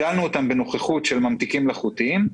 בנוכחות של ממתיקים מלאכותיים,